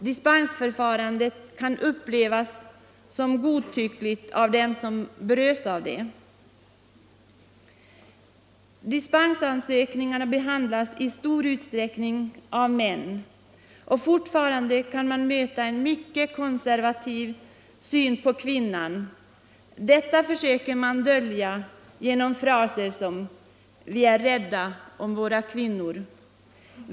Dispensförfarandet kan upplevas som godtyckligt av dem som berörs av det. Dispensansökningarna behandlas i stor utsträckning av män, och fortfarande kan vi därvid möta en mycket konservativ syn på kvinnan. Detta försöker man dölja genom fraser som ”vi är rädda om våra kvinnor”.